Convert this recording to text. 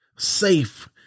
safe